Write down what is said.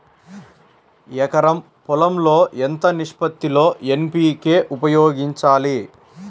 ఎకరం పొలం లో ఎంత నిష్పత్తి లో ఎన్.పీ.కే ఉపయోగించాలి?